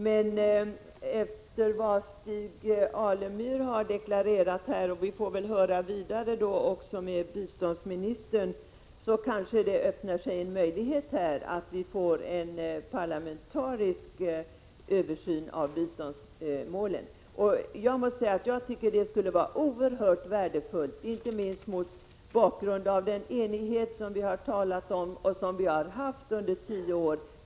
Men efter vad Stig Alemyr har deklarerat här — vi får väl höra mera om detta också av biståndsministern — öppnar sig kanske en möjlighet för en parlamentarisk översyn av biståndsmålen. Detta skulle vara oerhört värdefullt, inte minst mot bakgrund av den enighet om biståndsmålen som vi har talat om och som vi har haft under tio år.